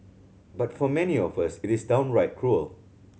but for many of us it is downright cruel